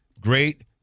great